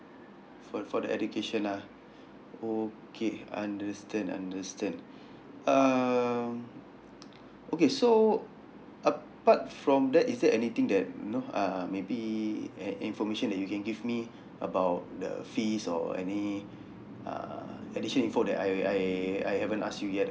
for for the education lah okay understand understand um okay so apart from that is there anything that you know uh maybe at information that you can give me about the fees or any uh additional info that I I I haven't ask you yet